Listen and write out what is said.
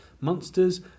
monsters